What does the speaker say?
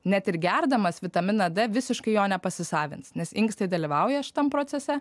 net ir gerdamas vitaminą d visiškai jo nepasisavins nes inkstai dalyvauja šitam procese